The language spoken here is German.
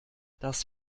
das